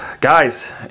Guys